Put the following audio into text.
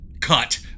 cut